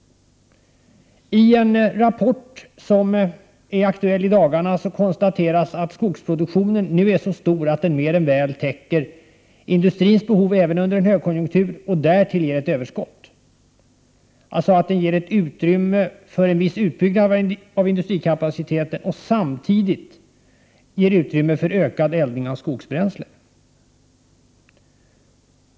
I en rapport som är aktuell i dagarna konstateras att skogsproduktionen nu är så stor att den mer än väl täcker industrins behov även under en högkonjunktur och därtill ger ett överskott. Den ger alltså utrymme för en viss utbyggnad av industrikapaciteten och samtidigt utrymme för en ökad eldning med skogsbränsle.